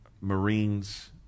marines